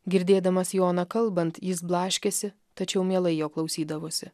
girdėdamas joną kalbant jis blaškėsi tačiau mielai jo klausydavosi